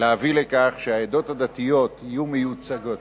להביא לכך שהעדות הדתיות יהיו מיוצגות,